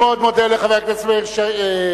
אני מאוד מודה לחבר הכנסת מאיר שטרית.